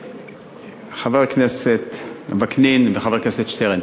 חבר הכנסת וקנין וחבר הכנסת שטרן,